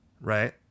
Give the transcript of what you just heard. right